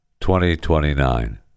2029